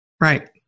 Right